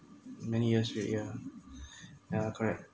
many years back yeah yeah correct